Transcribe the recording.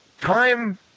time